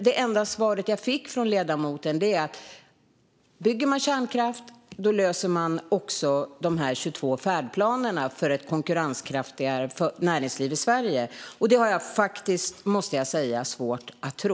Det enda svaret jag fick från ledamoten var att bygger man kärnkraft löser man också de här 22 färdplanerna för ett konkurrenskraftigare näringsliv i Sverige. Det måste jag säga att jag har svårt att tro.